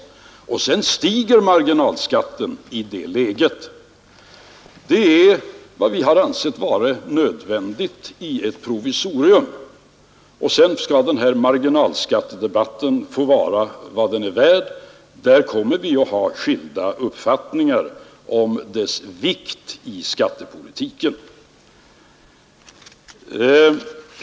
Men efter 70 000 kronor stiger marginalskatten, Detta har vi ansett vara nödvändigt i ett provisorium, och sedan kan marginalskattedebatten vara vad den är värd. Vi kommer alltjämt att ha skilda uppfattningar om dess vikt i skattepolitiken.